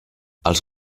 els